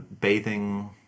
bathing